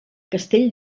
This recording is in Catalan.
castell